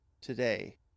today